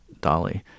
Dolly